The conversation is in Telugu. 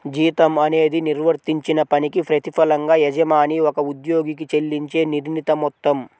జీతం అనేది నిర్వర్తించిన పనికి ప్రతిఫలంగా యజమాని ఒక ఉద్యోగికి చెల్లించే నిర్ణీత మొత్తం